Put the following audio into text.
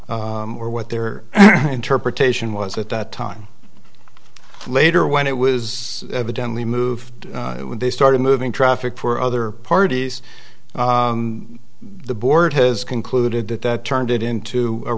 or what their interpretation was at that time later when it was evidently move when they started moving traffic for other parties the board has concluded that that turned it into a